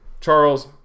Charles